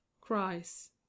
cries